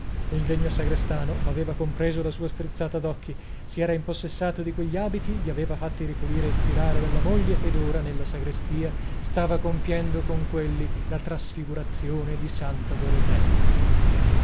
il degno sagrestano aveva compreso la sua strizzata d'occhi si era impossessato di quegli abiti li aveva fatti ripulire e stirare dalla moglie ed ora nella sagrestia stava compiendo con quelli la trasfigurazione di santa dorotea